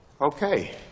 Okay